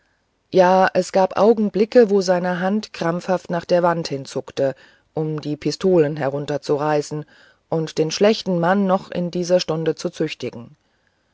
ja es gab augenblicke wo seine hand krampfhaft nach der wand hinzuckte um die pistolen herunterzureißen und den schlechten mann noch in dieser stunde zu züchtigen